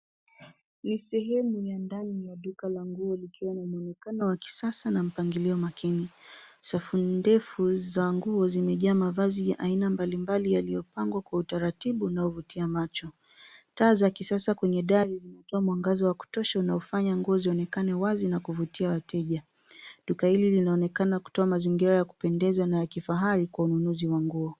Ni sehemu ya ndani ya duka la nguo likiwa na muonekano wa kisasa na mpangilio makini. Safu ndefu za nguo zimejaa mavazi ya aina mbalimbali yaliyopangwa kwa utaratibu unaovutia macho. Taa za kisasa kwenye dari zikitoa mwangaza wa kutosha unaofanya nguo zionekane wazi na kuvutia wateja. Duka hili linaonekana kutoa mazingira ya kupendeza na ya kifahari kwa ununuzi wa nguo.